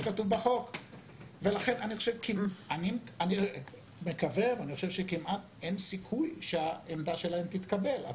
לכן אני חושב שכמעט אין סיכוי שהעמדה שלהם תתקבל.